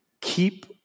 Keep